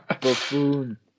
buffoon